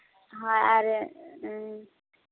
ᱟᱨ